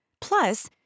Plus